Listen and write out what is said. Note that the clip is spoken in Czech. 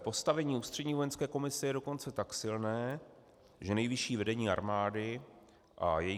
Postavení Ústřední vojenské komise je dokonce tak silné, že nejvyšší vedení armády a její